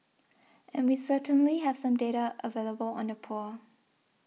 and we certainly have some data available on the poor